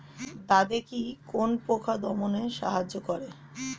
দাদেকি কোন পোকা দমনে সাহায্য করে?